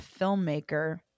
filmmaker